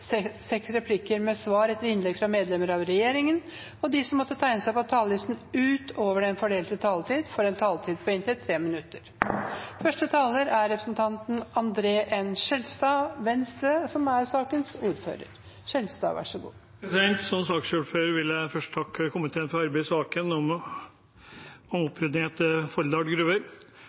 seks replikker med svar etter innlegg fra medlemmer av regjeringen, og de som måtte tegne seg på talerlisten utover den fordelte taletid, får en taletid på inntil 3 minutter. Som saksordfører vil jeg først takke komiteen for arbeidet i saken om opprydding etter Folldal gruver. Selv om